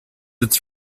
its